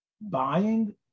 buying